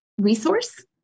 resource